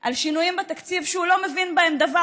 על שינויים בתקציב שהוא לא מבין בהם דבר